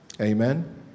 amen